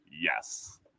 Yes